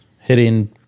hitting